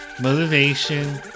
motivation